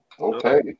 Okay